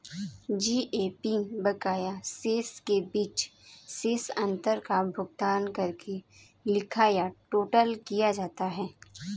GAP बकाया शेष के बीच शेष अंतर का भुगतान करके लिखा या टोटल किया जाता है